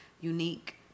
unique